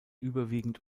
überwiegend